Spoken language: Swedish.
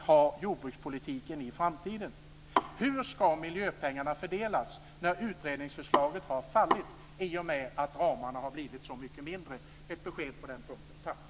Hur ska miljöpengarna fördelas när utredningsförslaget har fallit i och med att ramarna har blivit så mycket mindre? Ett besked på den punkten, tack.